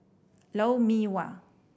Lou Mee Wah